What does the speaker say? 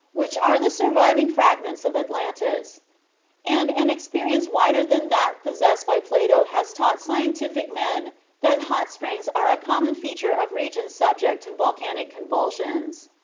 which are the surviving fragments of atlantis and an experience wider than that possessed by plato has taught scientific men that hot springs are a common feature of regions subject to volcanic convulsions.